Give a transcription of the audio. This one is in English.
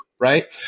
Right